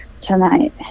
tonight